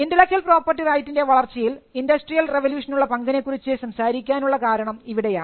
intellectual property റൈറ്റിൻറെ വളർച്ചയിൽ industrial റവല്യൂഷനുള്ള പങ്കിനെക്കുറിച്ച് സംസാരിക്കാൻ ഉള്ള കാരണം ഇവിടെയാണ്